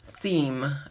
theme